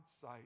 sight